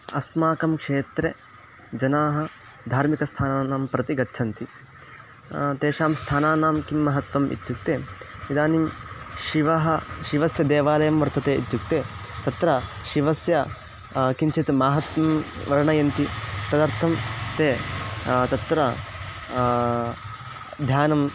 अस्माकं क्षेत्रे जनाः धार्मिकस्थानानां प्रति गच्छन्ति तेषां स्थानानां किं महत्त्वम् इत्युक्ते इदानीं शिवः शिवस्य देवालयं वर्तते इत्युक्ते तत्र शिवस्य किञ्चित् महत्त्वं वर्णयन्ति तदर्थं ते तत्र ध्यानम्